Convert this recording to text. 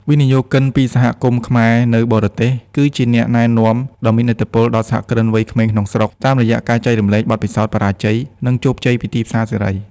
វិនិយោគិនពី សហគមន៍ខ្មែរនៅបរទេស គឺជាអ្នកណែនាំ ដ៏មានឥទ្ធិពលដល់សហគ្រិនវ័យក្មេងក្នុងស្រុក តាមរយៈការចែករំលែកបទពិសោធន៍បរាជ័យ និងជោគជ័យពីទីផ្សារសេរី។